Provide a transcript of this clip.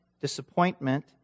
disappointment